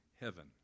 heaven